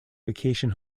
vacation